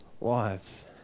lives